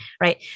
right